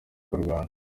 kurwana